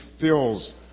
fills